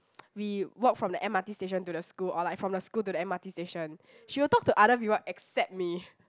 we walked from the M_R_T station to the school or like from the school to the M_R_T station she will talk to other people except me